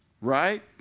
right